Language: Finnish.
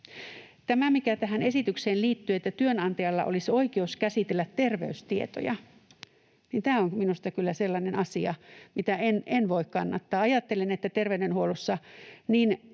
Se, mikä tähän esitykseen liittyy, että työnantajalla olisi oikeus käsitellä terveystietoja, on minusta kyllä sellainen asia, mitä en voi kannattaa. Ajattelen, että terveydenhuollossa niin